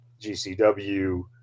gcw